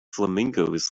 flamingos